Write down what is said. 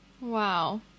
Wow